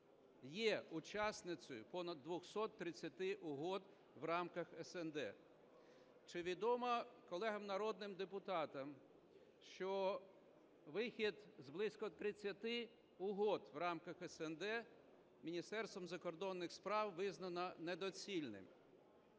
Є учасницею понад 230 угод в рамках СНД. Чи відомо колегам народним депутатам, що вихід з близько 30 угод в рамках СНД Міністерством закордонних справ визнано недоцільним?